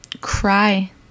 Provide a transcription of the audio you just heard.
Cry